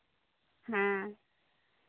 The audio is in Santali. ᱦᱮᱸ